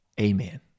amen